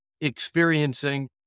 experiencing